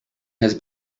has